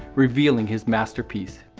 revealing his masterpiece.